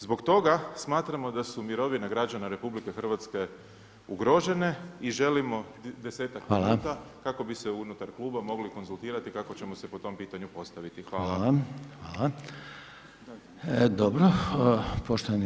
Zbog toga smatramo da su mirovine građana RH ugrožene i želimo 10-ak minuta kako bi se unutar kluba mogli konzultirati kako ćemo se po tom pitanju postaviti.